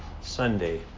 Sunday